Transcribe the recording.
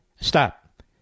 Stop